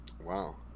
Wow